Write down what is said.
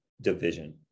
division